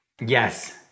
Yes